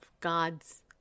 God's